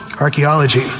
archaeology